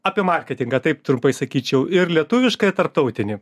apie marketingą taip trumpai sakyčiau ir lietuvišką ir tarptautinį